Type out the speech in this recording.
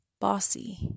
bossy